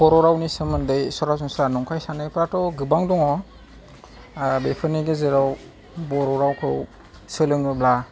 बर' रावनि सोमोन्दै सरासनस्रा नंखाय साननायफ्राथ' गोबां दङ बेफोरनि गेजेराव बर' रावखौ सोलोङोब्ला